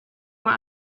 maar